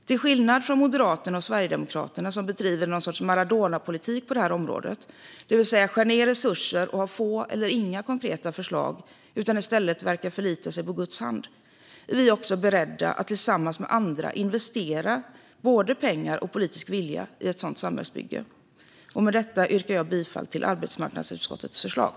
Till skillnad från Moderaterna och Sverigedemokraterna, som bedriver något slags Maradonapolitik på det här området, det vill säga skär ned resurser och har få eller inga konkreta förslag utan i stället verkar förlita sig på guds hand, är vi beredda att tillsammans med andra investera både pengar och politisk vilja i ett sådant samhällsbygge. Med detta yrkar jag bifall till arbetsmarknadsutskottets förslag.